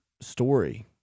story